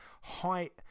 height-